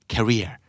Career